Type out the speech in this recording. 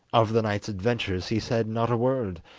of the night's adventures he said not a word,